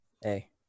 Hey